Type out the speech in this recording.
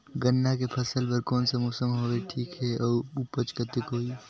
गन्ना के फसल बर कोन सा मौसम हवे ठीक हे अउर ऊपज कतेक होही?